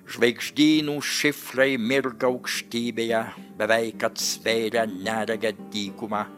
žvaigždynų šifrai mirga aukštybėje beveik atsvėrę neregę dykumą